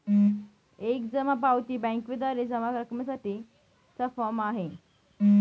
एक जमा पावती बँकेद्वारे जमा रकमेसाठी चा फॉर्म आहे